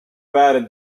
waren